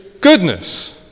goodness